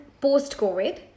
post-covid